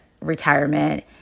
retirement